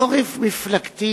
לא ריב מפלגתי,